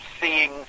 seeing